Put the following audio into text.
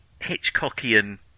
Hitchcockian